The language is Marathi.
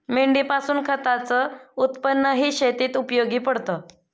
मेंढीपासून खताच उत्पन्नही शेतीत उपयोगी पडते